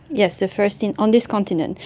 yes, the first and on this continent.